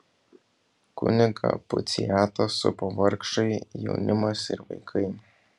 kunigą puciatą supo vargšai jaunimas ir vaikai